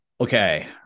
okay